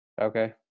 Okay